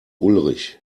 ulrich